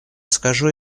скажу